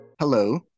Hello